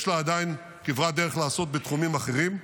יש לה עדיין כברת דרך לעשות בתחומים אחרים.